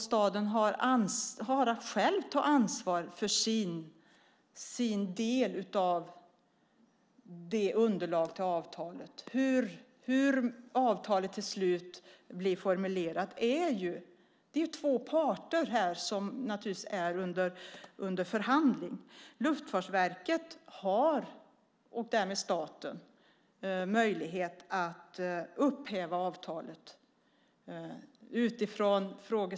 Staden har att själv ta ansvar för sin del av avtalet. Hur avtalet till slut blir formulerat beror på de två parter som förhandlar. Luftfartsverket, och därmed staten, har möjlighet att upphäva avtalet.